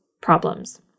problems